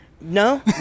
No